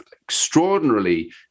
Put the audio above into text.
extraordinarily